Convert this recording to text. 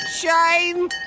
Shame